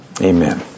Amen